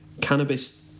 cannabis